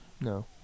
No